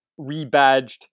rebadged